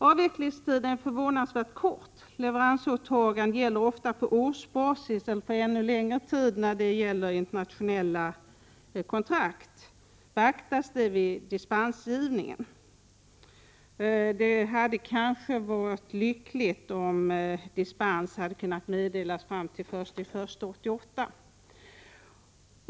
Avvecklingstiden är förvånansvärt kort. Leveransåtaganden i internationella kontrakt gäller ofta på årsbasis eller för ännu längre tid. Kommer detta att beaktas vid dispensgivningen? Det hade varit lyckligt om dispens hade kunnat meddelas fram till den 1 januari 1988.